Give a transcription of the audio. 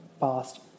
past